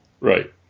Right